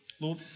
Lord